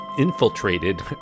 infiltrated